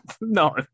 No